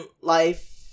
life